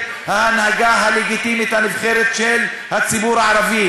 ההנהגה הלגיטימית הנבחרת של הציבור הערבי.